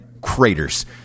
craters